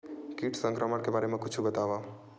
कीट संक्रमण के बारे म कुछु बतावव?